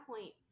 point